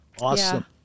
Awesome